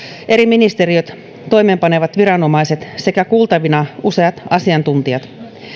eri ministeriöt ja toimeenpanevat viranomaiset sekä kuultavina useat asiantuntijat